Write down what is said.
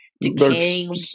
decaying